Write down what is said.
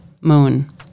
moon